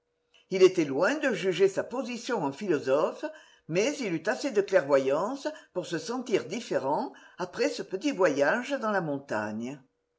il était loin de juger sa position en philosophe mais il eut assez de clairvoyance pour se sentir différent après ce petit voyage dans la montagne